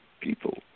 people